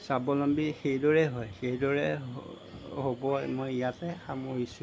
স্বাৱলম্বী সেইদৰে হয় সেইদৰে হ'ব মই ইয়াতে সামৰিছোঁ